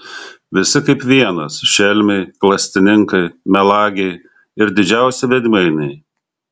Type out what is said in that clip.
visi kaip vienas šelmiai klastininkai melagiai ir didžiausi veidmainiai